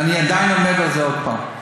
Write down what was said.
ואני עדיין עומד על זה עוד פעם,